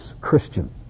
Christian